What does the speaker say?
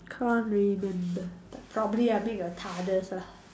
can't remember but probably I make your lah